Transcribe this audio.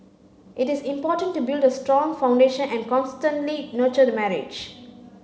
it is important to build a strong foundation and constantly nurture the marriage